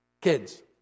kids